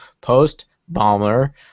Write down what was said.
post-bomber